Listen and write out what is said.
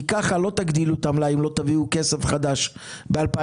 כי ככה לא תגדילו את המלאי אם לא תביאו כסף חדש ב-2023.